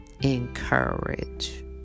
encourage